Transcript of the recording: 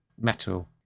metal